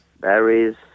Berries